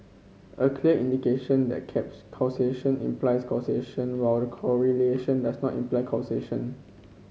a clear indication that caps causation implies causation while correlation does not imply causation